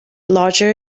larger